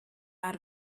out